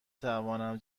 توانم